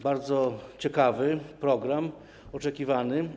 Bardzo ciekawy program, oczekiwany.